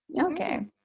Okay